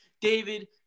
David